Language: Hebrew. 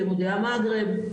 למודי המגרב,